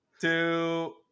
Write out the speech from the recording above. two